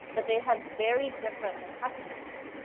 but they had very different metastases.